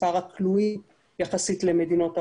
מספר הכלואים יחסית למדינות ה-OECD,